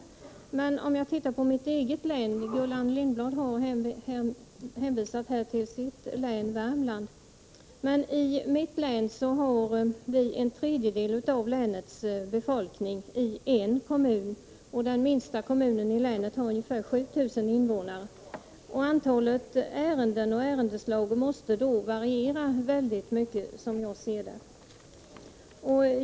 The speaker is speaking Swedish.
Jag kan i detta sammanhang titta på förhållandena i mitt eget län, Gullan Lindblad har ju här hänvisat till sitt län, Värmlands län. I mitt län finns en tredjedel av länets befolkning ien kommun, och den minsta kommunen i länet har ungefär 7 000 invånare. Antalet ärenden och ärendeslag måste då, som jag ser det, variera mycket.